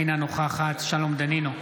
אינה נוכחת שלום דנינו,